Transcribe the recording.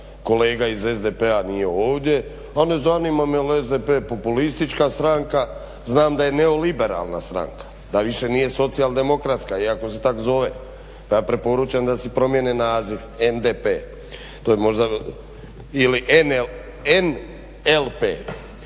kolega iz SDP-a nije ovdje, a ne zanima me jel' SDP populistička stranka, znam da je neoliberalna stranka da više nije socijaldemokratska iako se tako zove. Preporučam da si promjene naziv NDP.